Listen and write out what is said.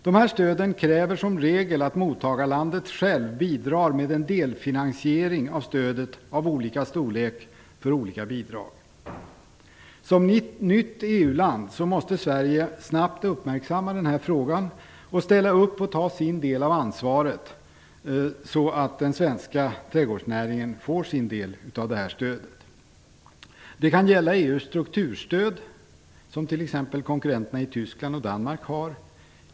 Dessa stöd kräver som regel att mottagarlandet självt bidrar med en delfinansiering av stödet av olika storlek för olika bidrag. Som nytt EU-land måste Sverige snabbt uppmärksamma denna fråga och ställa upp och ta sin del av ansvaret, så att den svenska trädgårdsnäringen får sin del av stödet. Det kan gälla EU:s strukturstöd, som t.ex. konkurrenterna i Tyskland och Danmark har.